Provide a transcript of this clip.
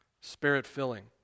spirit-filling